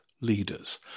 leaders